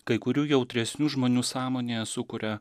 kai kurių jautresnių žmonių sąmonėje sukuria